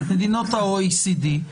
מדינות ה-OECD,